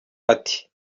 ati